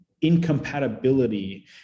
incompatibility